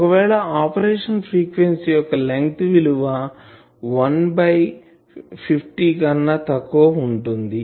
ఒకవేళ operation frequency యొక్క length విలువ 1 బై 50 కన్నా తక్కువ ఉంటుంది